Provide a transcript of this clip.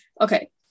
okay